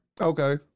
Okay